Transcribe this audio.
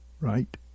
right